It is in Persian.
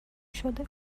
شده